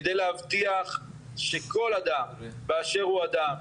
כדי להבטיח שכל אדם באשר הוא אדם,